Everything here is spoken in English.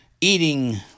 eating